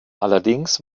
allerdings